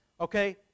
okay